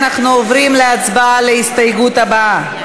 אנחנו עוברים להצבעה על ההסתייגות הבאה,